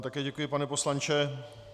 Také vám děkuji, pane poslanče.